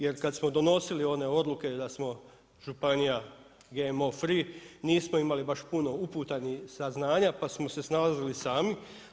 Jer kad smo donosili one odluke da smo županija GMO free nismo imali baš puno uputa ni saznanja, pa smo se snalazili sami.